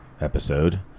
episode